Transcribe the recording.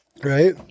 Right